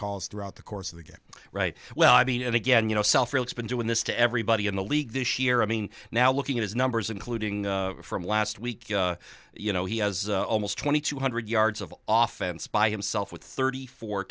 calls throughout the course of the get right well i mean again you know it's been doing this to everybody in the league this year i mean now looking at his numbers including from last week you know he has almost twenty two hundred yards of off fence by himself with thirty fo